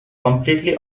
completely